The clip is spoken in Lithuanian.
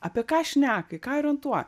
apie ką šneka į ką orientuoja